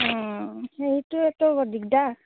সেইটোৱেতো দিগদাৰ